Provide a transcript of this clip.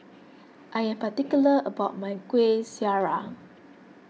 I am particular about my Kuih Syara